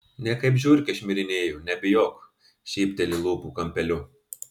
ne kaip žiurkė šmirinėju nebijok šypteli lūpų kampeliu